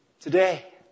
today